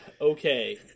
Okay